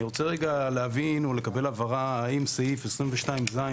אני רוצה להבהיר או לקבל ההבהרה האם סעיף 22 ז'